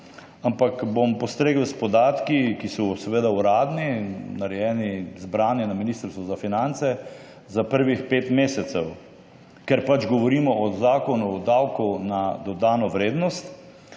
ampak bom postregel s podatki, ki so seveda uradni, narejeni, zbrani na Ministrstvu za finance, za prvih pet mesecev, ker pač govorimo o Zakonu o davku na dodano vrednost.